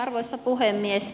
arvoisa puhemies